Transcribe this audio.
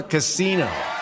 Casino